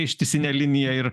ištisinė linija ir